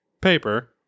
paper